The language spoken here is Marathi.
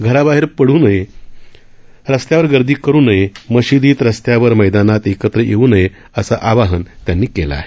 घराबाहेर पडू नये रस्त्यावर गर्दी करु नये मशिदीत रस्त्यावर मैदानात एकत्र येऊ नये असं आवाहन त्यांनी केलं आहे